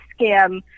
scam